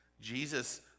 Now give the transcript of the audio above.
Jesus